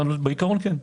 בעיקרון כן.